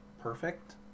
perfect